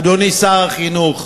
אדוני שר החינוך,